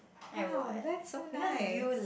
!wow! that's so nice